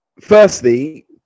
Firstly